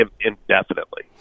indefinitely